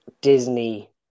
Disney